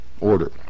order